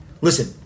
listen